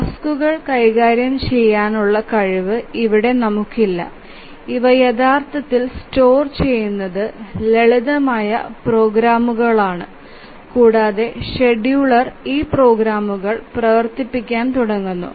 ടാസ്ക്കുകൾ കൈകാര്യം ചെയ്യാനുള്ള കഴിവ് ഇവിടെ നമുക്കില്ല ഇവ യഥാർത്ഥത്തിൽ സ്റ്റോർ ചെയുനതു ലളിതമായ പ്രോഗ്രാമുകളാണ് കൂടാതെ ഷെഡ്യൂളർ ഈ പ്രോഗ്രാമുകൾ പ്രവർത്തിപ്പിക്കാൻ തുടങ്ങുന്നു